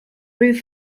roof